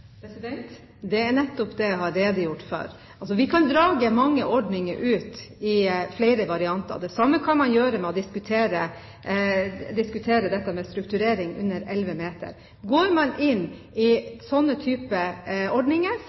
Det er nettopp det jeg har redegjort for. Vi kan ha mange ordninger i flere varianter. Det samme kan man diskutere når det gjelder strukturering for fartøy under 11 meter. Går man inn på slike ordninger, vil konsekvensene bli helt annerledes enn det man i